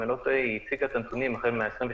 אם אני לא טועה היא הציגה את הנתונים החל מה-26/3/20,